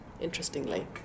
interestingly